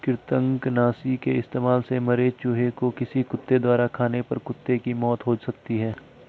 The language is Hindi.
कृतंकनाशी के इस्तेमाल से मरे चूहें को किसी कुत्ते द्वारा खाने पर कुत्ते की मौत हो सकती है